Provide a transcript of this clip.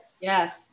Yes